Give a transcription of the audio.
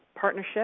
partnership